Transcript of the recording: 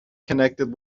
connected